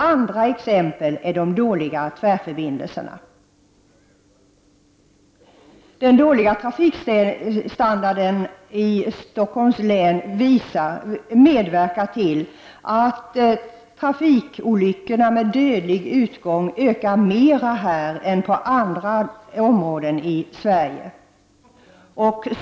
Andra exempel är de dåliga tvärförbindelserna. Den dåliga trafikstandarden i Stockholms län medverkar till att trafikolyckorna med dödlig utgång ökar mer här än i andra områden i Sverige.